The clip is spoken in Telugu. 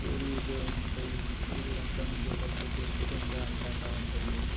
సూర్యోదయం సూర్యుడు అస్తమించేటప్పుడు కూర్చుంటే ఇంకా అందంగా ఉంటుంది